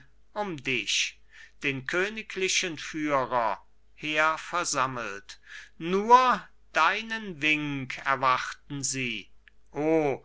um dich den königlichen führer her versammelt nur deinen wink erwarten sie o